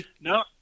No